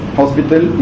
hospital